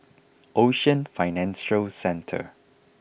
Ocean Financial Centre